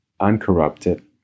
uncorrupted